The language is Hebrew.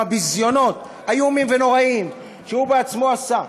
ביזיונות איומים ונוראיים שהוא בעצמו עשה.